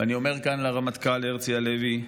ואני אומר כאן לרמטכ"ל הרצי הלוי: